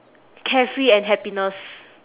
carefree and happiness